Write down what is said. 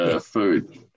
food